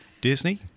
Disney